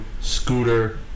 scooter